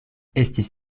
estis